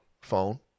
phone